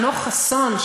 חנוך חסון,